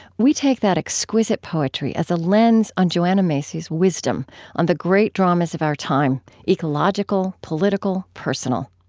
we take that exquisite poetry as a lens on joanna macy's wisdom on the great dramas of our time ecological political, personal.